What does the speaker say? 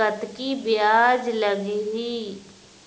कतकी ब्याज लगही?